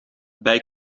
bij